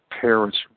parent's